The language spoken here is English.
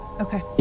Okay